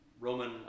Roman